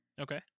Okay